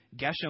Geshem